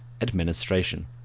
administration